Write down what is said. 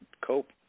cope